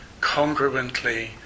congruently